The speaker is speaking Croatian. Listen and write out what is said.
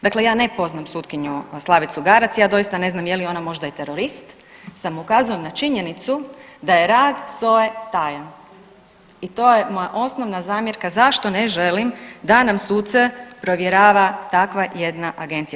Dakle, ja ne poznam sutkinju Slavicu Garac ja doista ne znam je li ona možda i terorist, samo ukazujem na činjenicu da je rad SOA-e tajan i to je moja osnovna zamjerka zašto ne želim da nam suce provjerava takva jedna agencija.